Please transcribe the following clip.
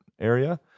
area